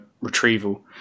retrieval